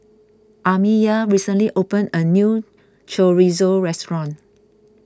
Amiya recently opened a new Chorizo restaurant